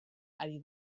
ari